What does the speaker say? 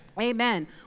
amen